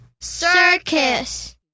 Circus